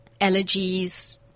allergies